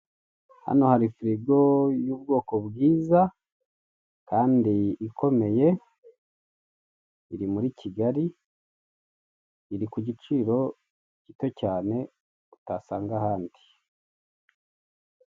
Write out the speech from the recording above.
Hano hari firigo y'ubwoko bwiza kandi ikomeye iri muri Kigali, iri ku giciro gito cyane utasanga ahandi.